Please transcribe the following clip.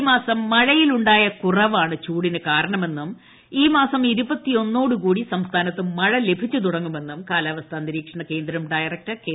ഈ മാസം മഴയിൽ ഉണ്ടായ കുറവാണ് ചൂടിനു കാരണമെന്നും ഈ മാസം ഇരുപത്തൊന്നോടുകൂടി സംസ്ഥാനത്ത് മഴ ലഭിച്ചുതുടങ്ങുമെന്നും കാലാവസ്ഥാ നിരീക്ഷണകേന്ദ്രം ഡയറക്ടർ കെ